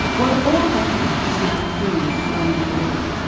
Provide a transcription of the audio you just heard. while all of africa is now free of colonial rule,